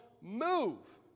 move